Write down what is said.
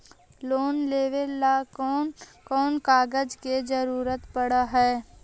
Loan लेबे ल कैन कौन कागज के जरुरत पड़ है?